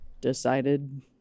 decided